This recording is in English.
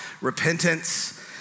repentance